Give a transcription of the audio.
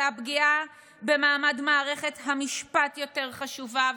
והפגיעה במעמד מערכת המשפט יותר חשובה,